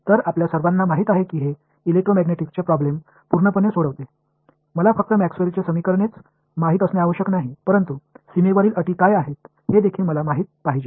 तर आपल्या सर्वांना माहित आहे की हे इलेक्ट्रोमॅग्नेटिक्सचे प्रॉब्लेम पूर्णपणे सोडवते मला फक्त मॅक्सवेलची समीकरणेच माहित असणे आवश्यक नाही परंतु सीमेवरील अटी काय आहेत हे देखील मला माहित पाहिजे